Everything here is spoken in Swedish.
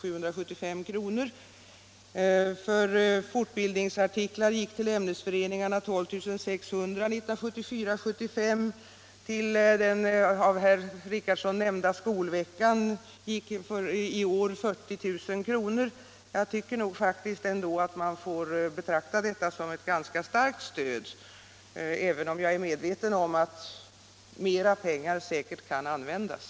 budgetåret 1974 75, och till den av herr Richardson nämnda Skolveckan anslogs i år 40 000 kr. Jag tycker faktiskt att man får betrakta detta som ett ganska starkt stöd, även om jag är medveten om att mera pengar säkert kan användas.